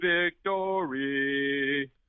victory